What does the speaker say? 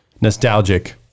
nostalgic